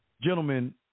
Gentlemen